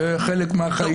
זה חלק מהחיים.